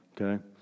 Okay